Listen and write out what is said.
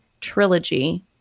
trilogy